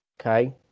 okay